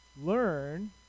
learn